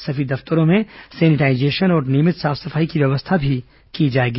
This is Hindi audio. सभी दफ्तरों में सेनेटाईजेशन और नियमित साफ सफाई की व्यवस्था भी की जाएगी